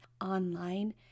online